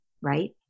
Right